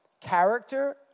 character